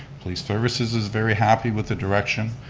police services is very happy with the direction,